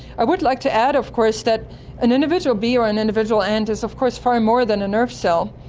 i would like to add of course that an individual bee or an individual ant is of course far more than a nerve cell,